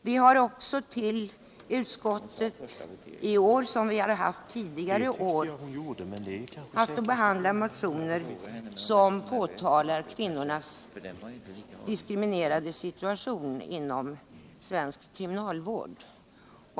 Liksom tidigare år har vi också detta år i utskottet haft att behandla motioner som påtalar kvinnornas diskriminerade situation inom svensk kriminalvård.